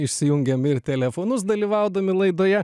išsijungiam ir telefonus dalyvaudami laidoje